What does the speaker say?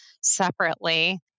separately